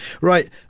Right